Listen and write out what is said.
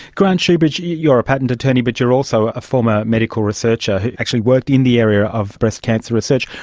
grant shoebridge, you're a patent attorney but you're also a former medical researcher who actually worked in the area of breast cancer research.